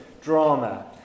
drama